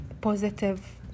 positive